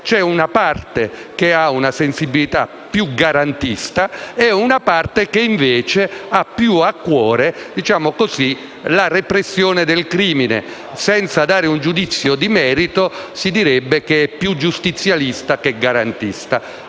C'è una parte che ha una sensibilità più garantista e una parte che invece ha più a cuore, per così dire, la repressione del crimine. Senza dare un giudizio di merito, si direbbe più giustizialista che garantista.